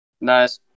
Nice